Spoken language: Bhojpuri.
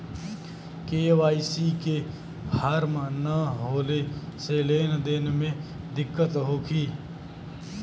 के.वाइ.सी के फार्म न होले से लेन देन में दिक्कत होखी?